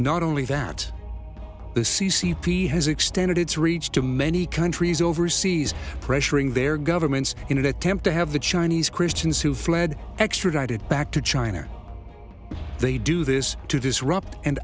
not only that the c c p has extended its reach to many countries overseas pressuring their governments in an attempt to have the chinese christians who fled extradited back to china they do this to disrupt and